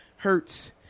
hurts